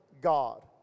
God